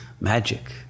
magic